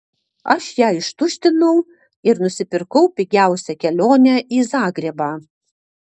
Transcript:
aš ją ištuštinau ir nusipirkau pigiausią kelionę į zagrebą